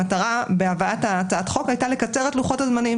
המטרה בהבאת הצעת החוק הייתה לקצר את לוחות הזמנים.